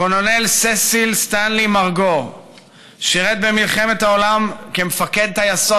קולונל ססיל סטנלי מרגו שירת במלחמת העולם כמפקד טייסות